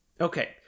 Okay